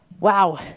Wow